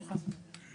בסדר.